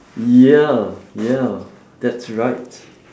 ya ya that's right